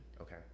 Okay